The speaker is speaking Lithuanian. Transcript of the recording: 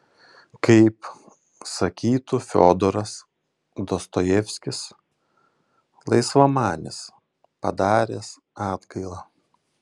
kaip sakytų fiodoras dostojevskis laisvamanis padaręs atgailą